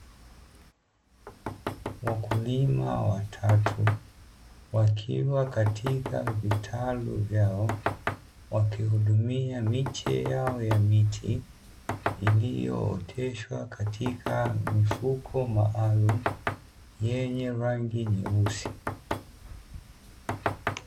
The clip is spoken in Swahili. Wakulima watatu wakiwa katika vitalu vyao, wakihudumia miche yao ya miti iliyooteshwa katika mifuko maalumu, yenye rangi nyeusi.